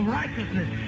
righteousness